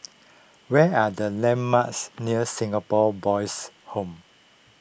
what are the landmarks near Singapore Boys' Home